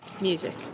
Music